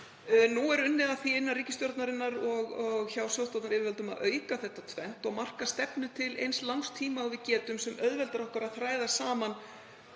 Nú er unnið að því innan ríkisstjórnarinnar og hjá sóttvarnayfirvöldum að auka þetta tvennt og marka stefnu til eins langs tíma og við getum, sem auðveldar okkur að þræða þennan